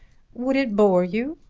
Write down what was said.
would it bore you?